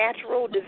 natural